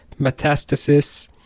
metastasis